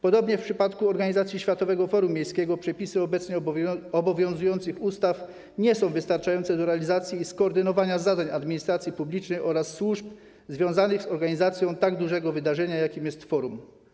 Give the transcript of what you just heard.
Podobnie w przypadku organizacji Światowego Forum Miejskiego, przepisy obecnie obowiązujących ustaw nie są wystarczające do realizacji i skoordynowania zadań administracji publicznej oraz służb związanych z organizacją tak dużego wydarzenia, jakim jest forum.